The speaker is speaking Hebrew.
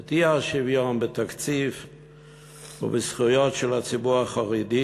את האי-שוויון בתקציב ובזכויות של הציבור החרדי,